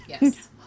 Yes